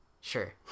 sure